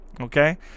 Okay